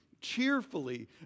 cheerfully